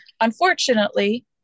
Unfortunately